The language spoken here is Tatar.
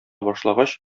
башлагач